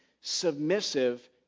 submissive